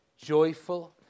joyful